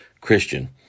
Christian